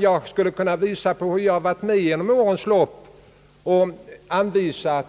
Jag skulle kunna visa på hur jag ofta under årens lopp har varit med om att anvisa